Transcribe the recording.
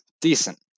Decent